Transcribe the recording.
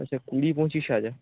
আচ্ছা কুড়ি পঁচিশ হাজার